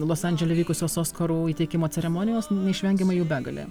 los andžele vykusios oskarų įteikimo ceremonijos neišvengiamai jų begalė